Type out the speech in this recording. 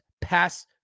pass